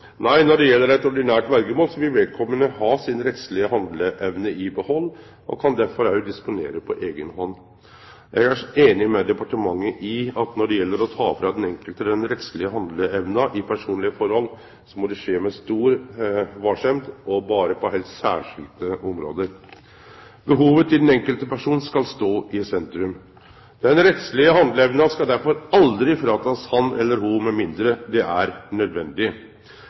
Nei, når det gjeld eit ordinært verjemål, vil vedkomande ha si rettslege handleevne i behald og kan derfor òg disponere på eiga hand. Eg er einig med departementet i at når det gjeld det å ta frå den enkelte den rettslege handleevna i personlege forhold, må det skje med stor varsemd og berre på heilt særskilte område. Behovet til den enkelte personen skal stå i sentrum. Den rettslege handleevna skal derfor aldri bli teken frå han eller ho med mindre det er nødvendig.